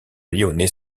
lyonnais